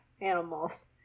animals